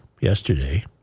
yesterday